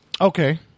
Okay